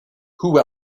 who